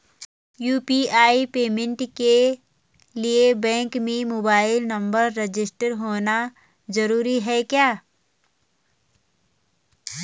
UPI payment के लिए bank में मोबाइल नंबर रजिस्टर्ड होना जरूरी है क्या?